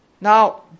Now